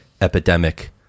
epidemic